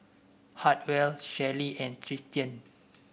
Hartwell Shelly and Tristian